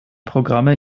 programme